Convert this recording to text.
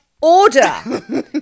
order